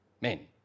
Men